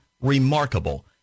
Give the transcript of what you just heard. remarkable